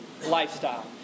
Lifestyle